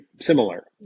similar